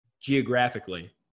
geographically